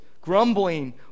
grumbling